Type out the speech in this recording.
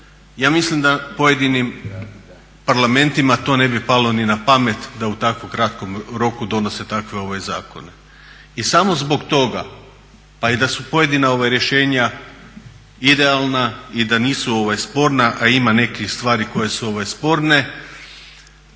Ja mislim da pojedinim parlamentima to ne bi palo ni na pamet da u tako kratkom roku donose takve zakone. I samo zbog toga, pa da su i pojedina rješenja idealna i da nisu sporna, a ima nekih stvari koje su sporne